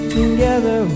Together